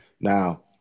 Now